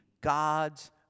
God's